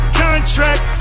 contract